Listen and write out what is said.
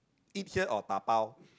eat here or dabao